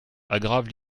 aggravent